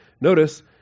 Notice